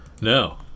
No